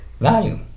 value